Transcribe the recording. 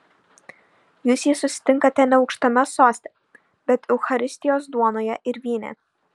jūs jį susitinkate ne aukštame soste bet eucharistijos duonoje ir vyne